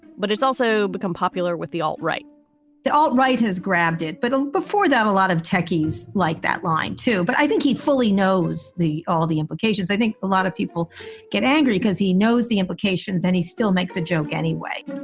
but it's also become popular with the. all right all right. has grabbed it. but um before that, a lot of techies like that line, too. but i think he fully knows the all the implications. i think a lot of people get angry because he knows the implications and he still makes a joke anyway